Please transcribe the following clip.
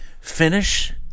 finish